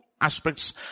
aspects